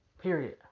period